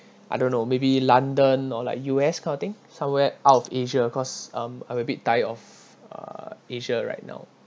I don't know maybe london or like U_S kind of thing somewhere out of asia cause um I'm a bit tired of uh asia right now